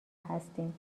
هستیم